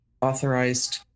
authorized